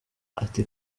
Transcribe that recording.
ati